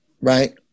right